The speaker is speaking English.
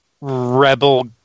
rebel